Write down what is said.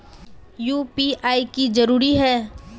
UPI की जरूरी है?